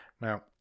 Now